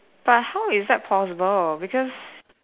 but how is that plausible because